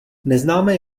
neznáme